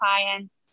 clients